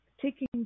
taking